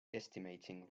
estimating